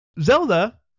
Zelda